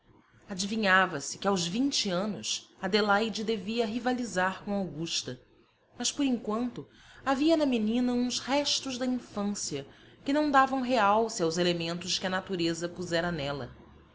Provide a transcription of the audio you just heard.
embrião adivinhava-se que aos vinte anos adelaide devia rivalizar com augusta mas por enquanto havia na menina uns restos da infância que não davam realce aos elementos que a natureza pusera nela